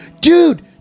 dude